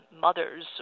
mothers